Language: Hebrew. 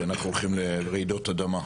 כי אנחנו הולכים לרעידות אדמה.